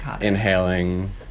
inhaling